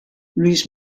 luis